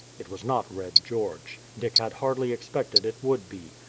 it was not red george. dick had hardly expected it would be.